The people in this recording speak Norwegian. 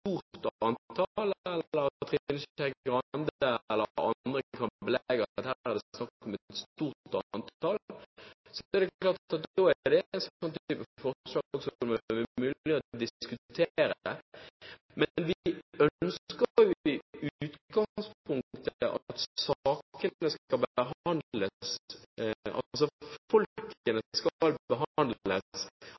antall, eller Trine Skei Grande eller andre kan vise til at her er det snakk om et stort antall, er det klart at da er det en type forslag som det vil være mulig å diskutere. Men vi ønsker i utgangspunktet at saken til disse folkene skal behandles i de landene som har ansvar for dem, ikke at Norge skal overta ansvaret for uttransportering til andre land. Det